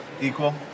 Equal